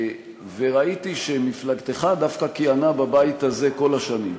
וראיתי שמפלגתך דווקא כיהנה בבית הזה כל השנים,